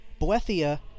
Boethia